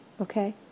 Okay